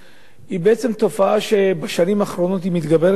היא בעצם תופעה שמתגברת בשנים האחרונות,